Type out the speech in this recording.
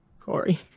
Corey